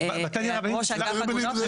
וראש אגף עגונות.